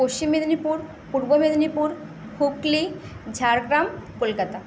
Paschim Medinipur Medinipur Hooghly Jhargram Kolkata